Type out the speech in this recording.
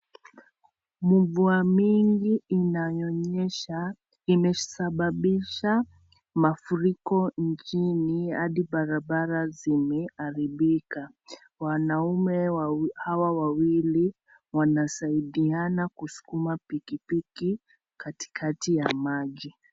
Mvua mingi inayonyesha imesababisha mafuriko injini hadi barabara zimeharibika. Wanaume hawa wawili wanasaidiana kuskuma pikipiki katikati ya maji.